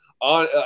on